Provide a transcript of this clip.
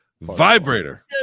vibrator